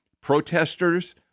protesters